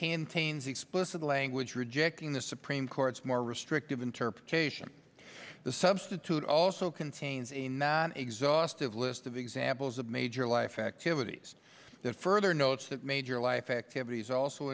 canteens explicit language rejecting the supreme court's more restrictive interpretation of the substitute also contains a not exhaustive list of examples of major life activities further notes that major life activities also